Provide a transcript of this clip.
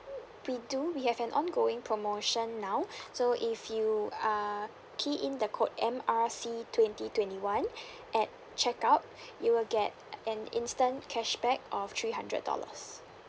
we do we have an ongoing promotion now so if you err key in the code M R C twenty twenty one at checkout you will get an instant cashback of three hundred dollars